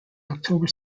october